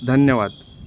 धन्यवाद